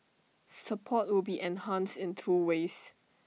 support will be enhanced in two ways